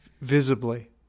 visibly